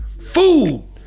food